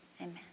Amen